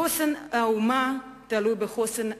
חוסן האומה תלוי בחוסן החברה,